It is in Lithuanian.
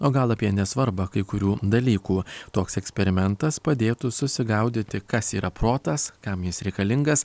o gal apie nesvarbą kai kurių dalykų toks eksperimentas padėtų susigaudyti kas yra protas kam jis reikalingas